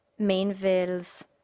Mainville's